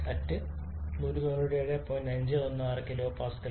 516 kPa